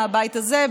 מהבית הזה,